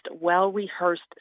well-rehearsed